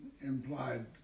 implied